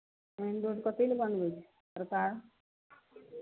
एहन रोड कथि लए बनबै छै सरकार